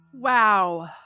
Wow